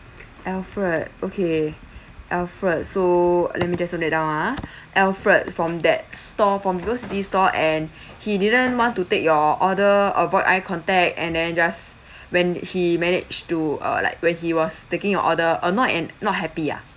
alfred okay alfred so let me just note that down ah alfred from that store from vivo city store and he didn't want to take your order avoid eye contact and then just when he managed to uh like when he was taking your order annoyed and not happy ah